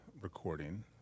recording